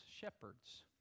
shepherds